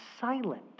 silent